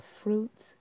fruits